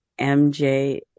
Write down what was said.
MJ